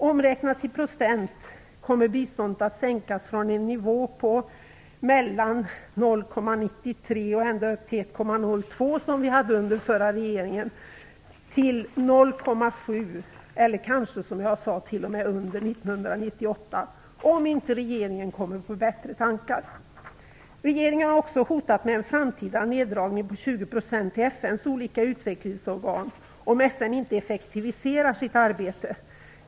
Omräknat till procent kommer biståndet att sänkas från en nivå på mellan 0,93 % och ända upp till 1,02 %, som vi hade under den förra regeringen, till 0,7 % eller ännu mindre under 1988, om inte regeringen kommer på bättre tankar. Regeringen har också hotat med en framtida neddragning på 20 % till FN:s olika utvecklingsorgan om FN inte effektiviserar sitt arbete.